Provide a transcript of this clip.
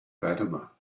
fatima